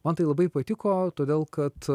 man tai labai patiko todėl kad